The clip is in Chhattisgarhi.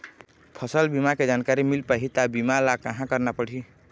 फसल बीमा के जानकारी मिल पाही ता बीमा ला कहां करना पढ़ी?